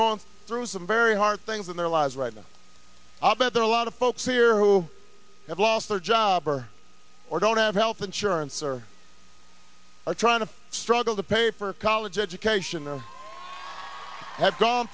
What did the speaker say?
going through some very hard things in their lives right now i bet there are a lot of folks here who have lost their job or or don't have health insurance or are trying to struggle to pay for college education and have gone